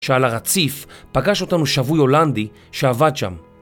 שעל הרציף פגש אותנו שבוי הולנדי שעבד שם.